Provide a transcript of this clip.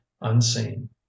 unseen